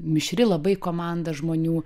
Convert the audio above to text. mišri labai komanda žmonių